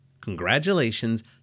Congratulations